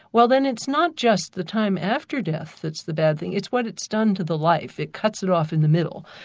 well then it's not just the time after death that's the bad thing, it's what it's done to the life, it cuts it off in the middle.